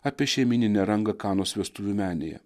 apie šeimyninę rangą kanos vestuvių menėje